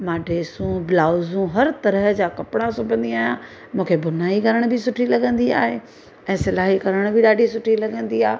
मां ड्रेसूं ब्लाउज़ूं हर तरह जा कपिड़ा सिबंदी आहियां मूंखे बुनाई करण बि सुठी लॻंदी आहे ऐं सिलाई करण बि ॾाढी सुठी लॻंदी आहे